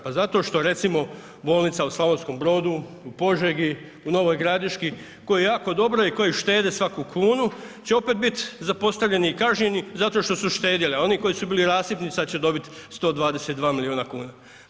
Pa zato što recimo Bolnica u Slavonskom Brodu u Požegi, u Novoj Gradiški koje jako dobro i koje štede svaku kunu će opet biti zapostavljeni i kažnjeni zato što su štedjeli, a oni koji su bili rasipni sada će dobiti 122 milijuna kuna.